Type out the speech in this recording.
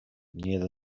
near